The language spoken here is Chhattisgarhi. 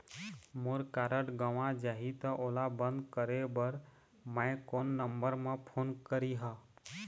मोर कारड गंवा जाही त ओला बंद करें बर मैं कोन नंबर म फोन करिह?